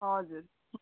हजुर